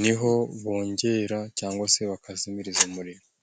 ni ho bongera cyangwa se bakazimiriza umuriro.